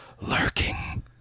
lurking